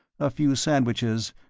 a few sandwiches,